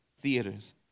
theaters